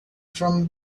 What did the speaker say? from